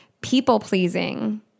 people-pleasing